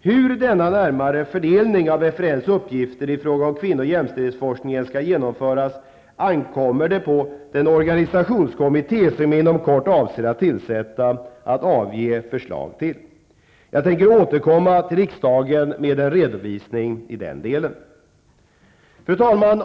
Hur den närmare fördelningen av FRN:s uppgifter i fråga om kvinno och jämställdhetforskningen skall genomföras ankommer det på den organisationskommitté, som jag inom kort avser att tillsätta, att avge förslag till. Jag avser att återkomma till riksdagen med en redovisning i den delen. Fru talman!